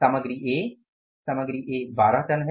सामग्री ए सामग्री A 12 ton है